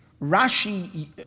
Rashi